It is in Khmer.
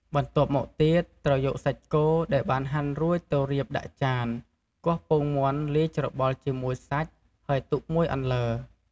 បន្ទាប់មកទៀតត្រូវយកសាច់គោដែលបានហាន់រួចទៅរៀបដាក់ចាន គោះពងមាន់លាយច្របល់ជាមួយសាច់ហើយទុកមួយអន្លើ។